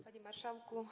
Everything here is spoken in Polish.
Panie Marszałku!